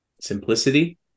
simplicity